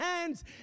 hands